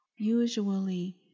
Usually